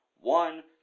one